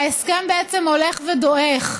ההסכם בעצם הולך ודועך,